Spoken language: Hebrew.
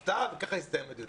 הפתעה, וככה יסתיים הדיון.